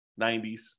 90s